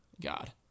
God